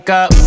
up